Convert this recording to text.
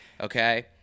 okay